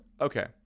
okay